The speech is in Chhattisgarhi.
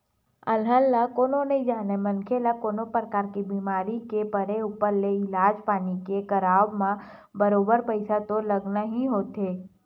अलहन ल कोनो नइ जानय मनखे ल कोनो परकार ले बीमार के परे ऊपर ले इलाज पानी के करवाब म बरोबर पइसा तो लगना ही होथे